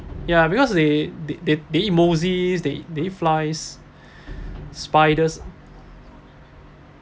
ya because they they they they eat moses they they eat flies spiders